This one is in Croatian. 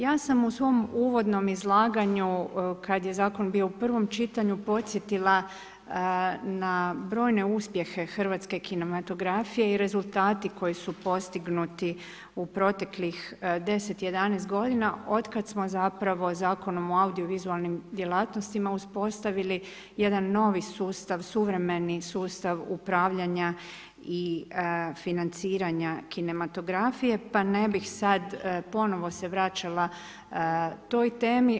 Ja sam u svom uvodnom izlaganju, kada je zakon bio u prvom čitanju, podsjetila na brojne uspjehe hrvatske kinematografije i rezultati koji su postignuti u proteklih 10, 11 g. od kada smo zapravo Zakonom o audiovizualnim djelatnostima, uspostavili jedan novi sustav, suvremeni sustav upravljanja i financiranja kinematografije, pa ne bi sad ponovno se vraćala toj temi.